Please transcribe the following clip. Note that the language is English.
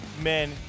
Men